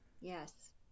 yes